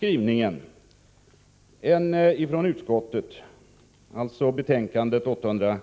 4i jordbruksutskottets betänkande 7, som vi nu behandlar,